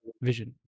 vision